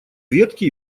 ветки